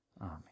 Amen